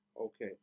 okay